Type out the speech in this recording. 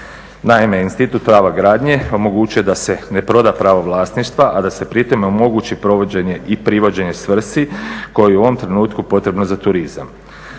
Naime, institut prava gradnje omogućuje da se ne proda pravo vlasništva, a da se pri tome omogući provođenje i privođenje svrsi koja je u ovom trenutku potrebna za turizam.